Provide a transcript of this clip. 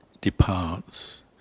departs